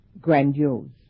grandiose